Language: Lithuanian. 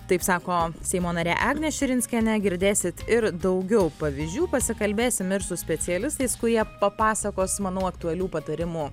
taip sako seimo narė agnė širinskienė girdėsit ir daugiau pavyzdžių pasikalbėsim ir su specialistais kurie papasakos manau aktualių patarimų